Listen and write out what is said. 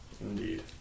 Indeed